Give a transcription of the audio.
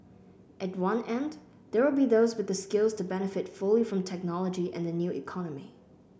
at one end there will be those with the skills to benefit fully from technology and the new economy